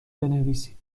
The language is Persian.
بنویسید